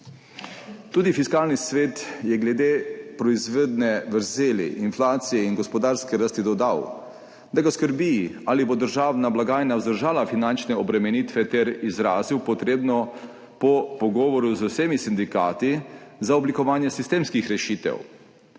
Tudi Fiskalni svet je glede proizvodne vrzeli inflacije in gospodarske rasti dodal, da ga skrbi, ali bo državna blagajna vzdržala finančne obremenitve, ter izrazil potrebno po pogovoru z vsemi sindikati za oblikovanje sistemskih rešitev.